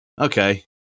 Okay